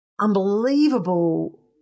unbelievable